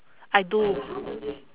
I do